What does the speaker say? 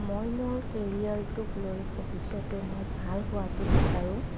মই মোৰ কেৰিয়াৰটোক লৈ ভৱিষ্যতে মই ভাল হোৱাতো বিচাৰোঁ